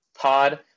pod